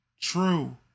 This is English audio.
true